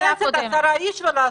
בכנסת ולעשות אימון.